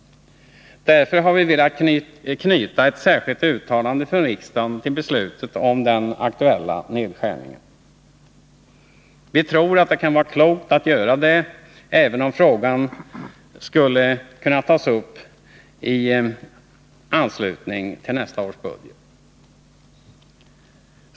Därför har vi velat knyta ett särskilt uttalande från riksdagen till beslutet om den aktuella nedskärningen. Vi tror att det kan vara klokt att göra det, även om frågan skulle kunna tas upp i anslutning till nästa års budget.